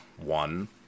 One